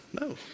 no